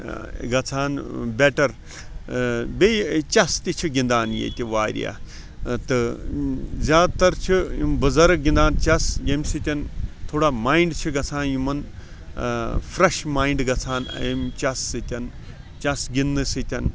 گَژھان بیٚٹَر بیٚیہِ چَس تہِ چھِ گِنٛدان ییٚتہِ واریاہ تہٕ زیادٕ تَر چھِ یِم بُزرٕگ گِنٛدان چَس یمہِ سۭتۍ تھوڑا مایِنٛڈ چھ گَژھان یِمَن فریٚش مایِنٛڈ گَژھان امہ چَس سۭتۍ چَس گِنٛدنہٕ سۭتۍ